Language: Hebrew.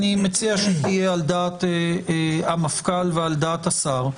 אני מציע שהיא תהיה על דעת המפכ"ל ועל דעת השר,